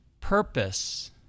purpose